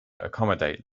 accommodate